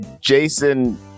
Jason